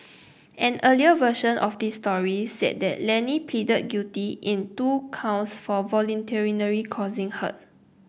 an earlier version of this story said that Lenny pleaded guilty in two counts for voluntarily causing hurt